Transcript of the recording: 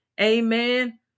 amen